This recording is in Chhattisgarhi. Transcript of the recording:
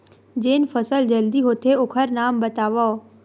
जेन फसल जल्दी होथे ओखर नाम बतावव?